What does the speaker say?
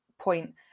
point